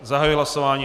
Zahajuji hlasování.